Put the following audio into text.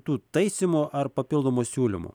tų taisymų ar papildomų siūlymų